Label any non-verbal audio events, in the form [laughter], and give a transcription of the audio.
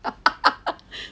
[laughs]